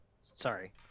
Sorry